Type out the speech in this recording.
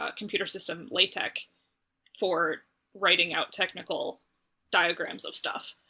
ah computer system latex for writing out technical diagrams of stuff.